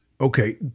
Okay